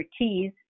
expertise